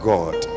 God